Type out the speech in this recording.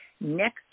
Next